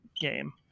game